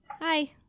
hi